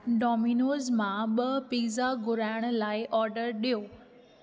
Domino's मां ॿ pizza घुराइण लाए ऑडर ॾियो